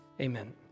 amen